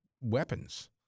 weapons